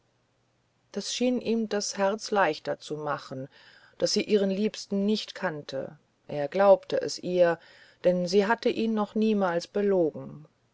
das schien ihm das herz leichter zu machen daß sie ihren liebsten nicht kannte er glaubte es ihr denn sie hatte ihn noch niemals belogen